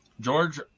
George